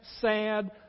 sad